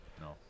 no